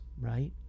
right